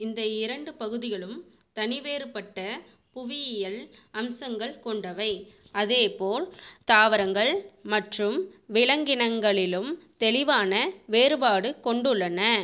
இந்த இரண்டு பகுதிகளும் தனிவேறுபட்ட புவியியல் அம்சங்கள் கொண்டவை அதேபோல் தாவரங்கள் மற்றும் விலங்கினங்களிலும் தெளிவான வேறுபாடு கொண்டுள்ளன